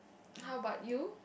how about you